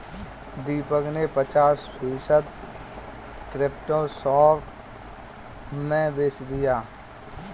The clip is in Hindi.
दीपक ने पचास फीसद क्रिप्टो शॉर्ट में बेच दिया